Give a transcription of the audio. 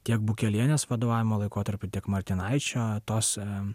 tiek bukelienės vadovavimo laikotarpiu tiek martinaičio tos